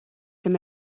them